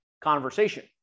conversation